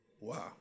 Wow